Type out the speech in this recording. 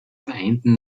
vereinten